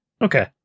Okay